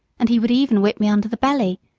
and he would even whip me under the belly,